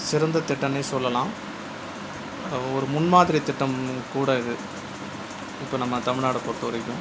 சிறந்த திட்டமுனே சொல்லலாம் ஒரு முன்மாதிரி திட்டம் கூட இது இப்போ நம்ம தமிழ்நாடு பொறுத்தவரைக்கும்